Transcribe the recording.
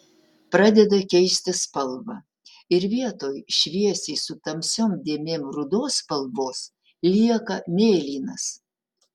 pradeda keisti spalvą ir vietoj šviesiai su tamsiom dėmėm rudos spalvos lieka mėlynas